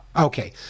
Okay